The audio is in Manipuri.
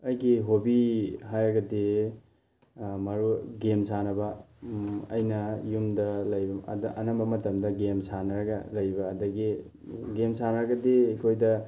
ꯑꯩꯒꯤ ꯍꯣꯕꯤ ꯍꯥꯏꯔꯒꯗꯤ ꯃꯔꯨ ꯒꯦꯝ ꯁꯥꯟꯅꯕ ꯑꯩꯅ ꯌꯨꯝꯗ ꯂꯩꯕ ꯑꯗ ꯑꯅꯝꯕ ꯃꯇꯝꯗ ꯒꯦꯝ ꯁꯥꯟꯅꯔꯒ ꯂꯩꯕ ꯑꯗꯒꯤ ꯒꯦꯝ ꯁꯥꯟꯅꯔꯒꯗꯤ ꯑꯩꯈꯣꯏꯗ